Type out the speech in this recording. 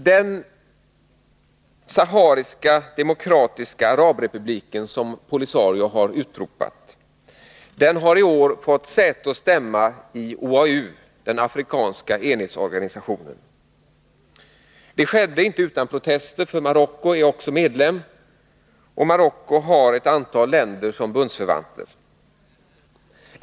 Den Sahariska demokratiska arabrepubliken, som Polisario har utropat, har i år fått säte och stämma i OAU, den afrikanska enhetsorganisationen. Det skedde inte utan protester, för Marocko är ju också medlem i OAU, och Marocko har ett antal bundsförvanter.